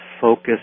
focus